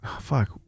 fuck